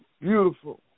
beautiful